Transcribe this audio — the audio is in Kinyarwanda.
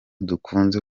dukunze